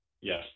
Yes